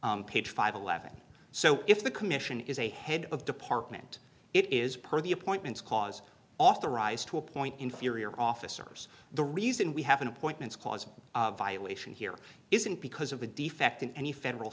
case page five eleven so if the commission is a head of department it is per the appointments clause authorized to appoint inferior officers the reason we have an appointments clause violation here isn't because of the defect in any federal